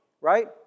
right